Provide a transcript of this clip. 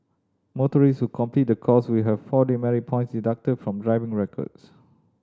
motorist who complete the course will have four demerit points deducted from driving records